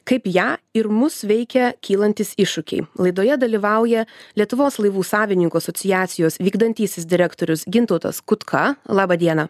kaip ją ir mus veikia kylantys iššūkiai laidoje dalyvauja lietuvos laivų savininkų asociacijos vykdantysis direktorius gintautas kutka laba diena